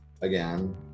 again